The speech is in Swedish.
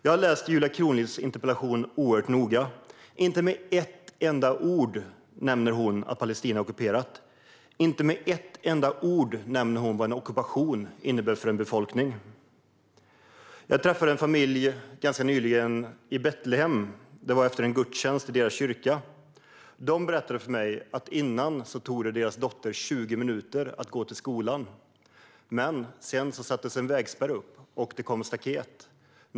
Jag har läst Julia Kronlids interpellation oerhört noga. Inte med ett enda ord nämner hon att Palestina är ockuperat eller vad en ockupation innebär för en befolkning. Jag träffade ganska nyligen en familj i Betlehem. Det var efter en gudstjänst i deras kyrka. De berättade för mig att det tidigare tog deras dotter 20 minuter att gå till skolan. Sedan sattes en vägspärr och ett staket upp.